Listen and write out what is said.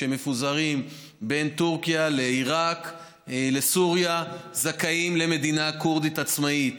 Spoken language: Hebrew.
שמפוזרים בין טורקיה לעיראק ולסוריה זכאים למדינה כורדית עצמאית.